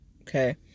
Okay